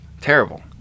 Terrible